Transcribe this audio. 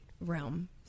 realm